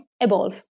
evolve